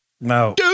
No